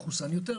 מחוסן יותר,